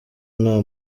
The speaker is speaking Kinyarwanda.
nta